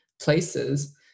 places